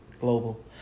global